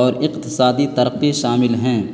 اور اقتصادی ترقی شامل ہیں